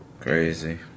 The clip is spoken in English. Crazy